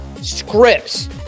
scripts